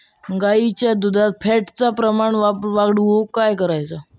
गाईच्या दुधात फॅटचा प्रमाण वाढवुक काय करायचा?